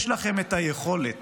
יש לכם את היכולת